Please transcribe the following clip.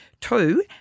Two